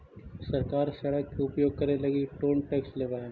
सरकार सड़क के उपयोग करे लगी टोल टैक्स लेवऽ हई